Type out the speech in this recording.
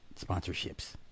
sponsorships